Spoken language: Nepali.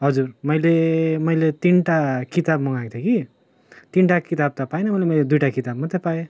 हजुर मैले मैले तिनटा किताब मगाएको थिएँ कि तिनटा किताब त पाइनँ मैले दुईटा किताब मात्रै पाएँ